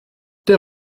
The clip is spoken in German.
der